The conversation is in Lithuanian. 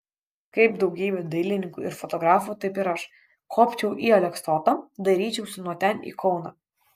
kaip daugybė dailininkų ir fotografų taip ir aš kopčiau į aleksotą dairyčiausi nuo ten į kauną